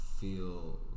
feel